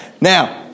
Now